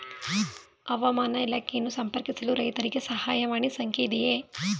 ಹವಾಮಾನ ಇಲಾಖೆಯನ್ನು ಸಂಪರ್ಕಿಸಲು ರೈತರಿಗೆ ಸಹಾಯವಾಣಿ ಸಂಖ್ಯೆ ಇದೆಯೇ?